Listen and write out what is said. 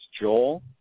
joel